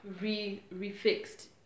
re-refixed